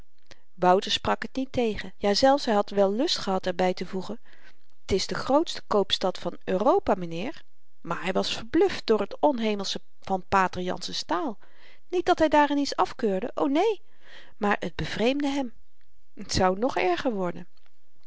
wouter sprak t niet tegen jazelfs hy had wel lust gehad er bytevoegen t is de grootste koopstad van europa m'nheer maar hy was verbluft door t onhemelsche van pater jansen's taal niet dat hy daarin iets afkeurde o neen maar t bevreemdde hem t zou nog erger worden